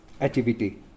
activity